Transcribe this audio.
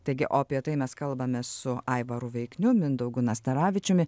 taigi o apie tai mes kalbame su aivaru veikniu mindaugu nastaravičiumi